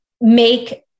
make